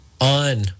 on